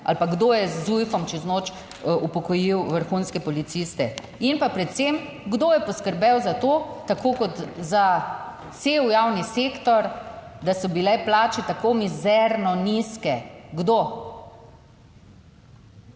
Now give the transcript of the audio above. ali pa kdo je z Zujfom čez noč upokojil vrhunske policiste In pa predvsem kdo je poskrbel za to, tako kot za cel javni sektor, da so bile plače tako mizerno nizke? Kdo?